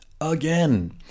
Again